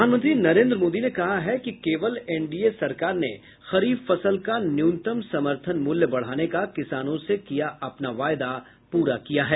प्रधानमंत्री नरेन्द्र मोदी ने कहा है कि केवल एनडीए सरकार ने खरीफ फसल का न्यूनतम समर्थन मूल्य बढ़ाने का किसानों से किया अपना वायदा प्ररा किया है